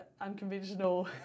unconventional